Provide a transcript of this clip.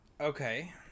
Okay